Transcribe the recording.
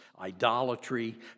idolatry